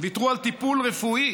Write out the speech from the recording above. ויתרו על טיפול רפואי